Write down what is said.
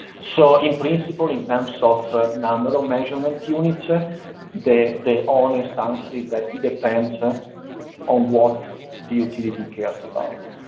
so in principle, in terms of nominal measurement units, ah the the honest answer is that it depends ah on what the utility cares about.